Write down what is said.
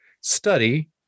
study